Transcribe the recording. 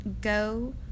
Go